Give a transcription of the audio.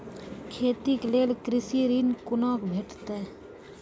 खेती के लेल कृषि ऋण कुना के भेंटते?